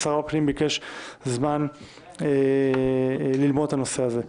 שר הפנים ביקש זמן ללמוד את הנושא הזה.